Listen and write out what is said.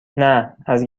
نه، از